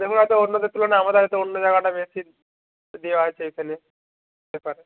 দেখুন হয়তো অন্যদের তুলনায় আমাদের হয়তো অন্য জায়গাটা বেশি দেওয়া আছে এখানে পেপারে